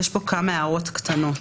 יש לי שם כמה הערות קטנות.